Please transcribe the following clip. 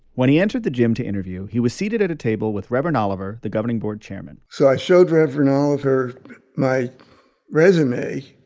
when he entered the gym to interview, he was seated at a table with reverend oliver, the governing board chairman so i showed reverend reverend oliver my resume,